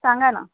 सांगा ना